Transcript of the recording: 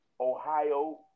Ohio